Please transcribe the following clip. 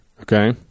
okay